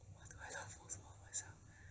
what do I love most about myself